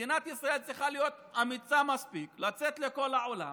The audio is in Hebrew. מדינת ישראל צריכה להיות אמיצה מספיק לצאת לכל העולם